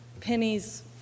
Pennies